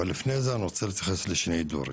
לפני כן, אני רוצה להתייחס לשני דברים,